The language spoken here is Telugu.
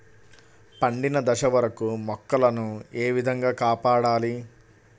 పండిన దశ వరకు మొక్కల ను ఏ విధంగా కాపాడాలి?